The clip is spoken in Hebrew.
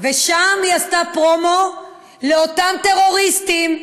ושם היא עשתה פרומו לאותם טרוריסטים,